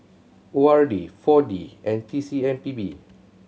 O R D Four D and T C M P B